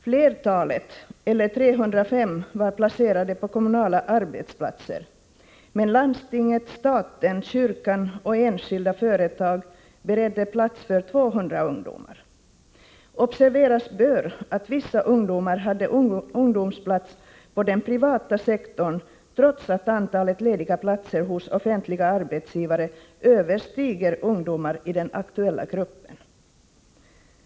Flertalet, eller 305 personer, var placerade på kommunala arbetsplatser. Landstinget, staten, kyrkan och enskilda företag beredde plats för 200 ungdomar. Observeras bör att vissa ungdomar hade ungdomsplats i den privata sektorn, trots att antalet lediga platser hos offentliga arbetsgivare översteg antalet ungdomar i den aktuella gruppen.